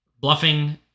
bluffing